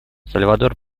сальвадор